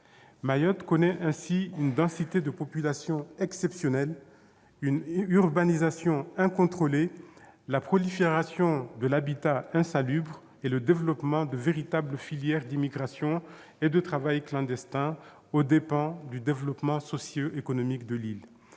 Mayotte connaît ainsi une densité de population exceptionnelle, une urbanisation incontrôlée, la prolifération de l'habitat insalubre, et le développement de véritables filières d'immigration et de travail clandestins, aux dépens du développement socio-économique de l'île.